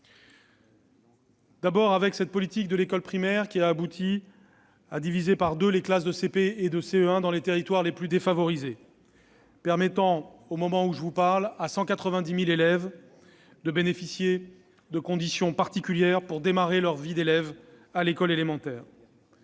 D'abord, la politique de l'école primaire a abouti à diviser par deux les classes de CP et de CE1 dans les territoires les plus défavorisés, permettant ainsi, au moment où je vous parle, à 190 000 élèves de bénéficier de conditions particulières pour démarrer leur vie d'élève. Cette mesure,